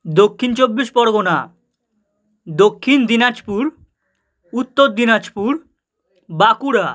Dakshin Chabbish Pargana Dakshin Dinajpur Uttar Dinajpur Bankura